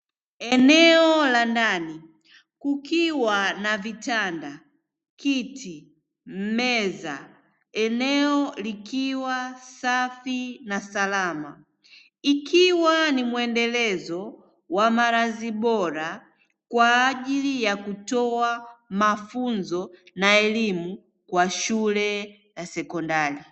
Eneo la ndani kukiwa na vitanda, kiti, meza eneo likiwa safi na salama, ikiwa ni mwendelezo wa maradhi bora kwa ajili ya kutoa mafunzo na elimu kwa shule ya sekondari.